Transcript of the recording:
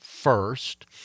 First